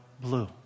blue